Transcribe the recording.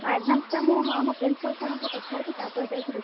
ଆଡ଼୍ଭାନ୍ସଟା ମୁଁ ହଁ ଆମ ପ୍ରିନ୍ସିପାଲ୍ ସାର୍ଙ୍କ ସହ କଥା ହେବି ତା'ପରେ ଯାଇକି ଦେବି